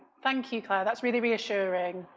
thank you, claire, that's really reassuring?